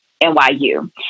NYU